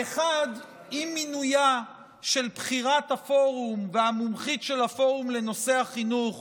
האחד עם מינויה של בכירת הפורום והמומחית של הפורום לנושא החינוך